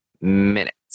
minutes